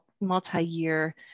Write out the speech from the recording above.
multi-year